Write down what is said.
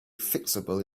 fixable